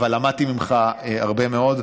אבל למדתי ממך הרבה מאוד,